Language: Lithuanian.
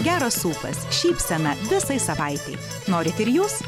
geras ūpas šypsena visai savaitei norit ir jūs